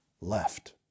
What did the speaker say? left